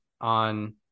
on